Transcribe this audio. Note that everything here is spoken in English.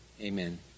Amen